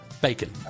Bacon